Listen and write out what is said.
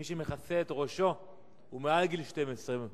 מי שמכסה את ראשו הוא מעל גיל 12,